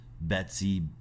Betsy